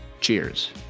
Cheers